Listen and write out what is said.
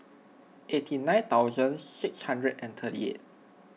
eighty nine thousand six hundred and thirty eight